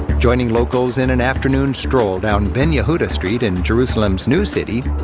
joining locals in an afternoon stroll down ben yehuda street in jerusalem's new city,